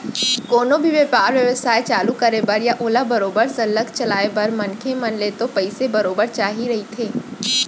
कोनो भी बेपार बेवसाय चालू करे बर या ओला बरोबर सरलग चलाय बर मनखे मन ल तो पइसा बरोबर चाही रहिथे